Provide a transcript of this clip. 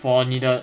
for 你的